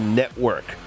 network